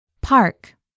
Park